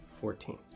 Fourteen